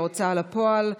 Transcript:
ההוצאה לפועל,